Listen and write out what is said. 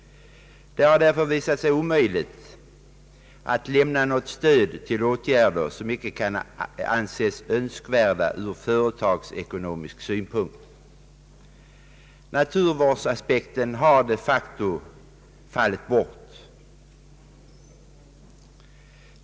Det har därför visat sig omöjligt att få stöd till åtgärder som icke kan anses önskvärda ur företagsekonomisk synpunkt. Naturvårdsaspekten har de facto fallit bort.